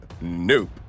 Nope